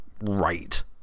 right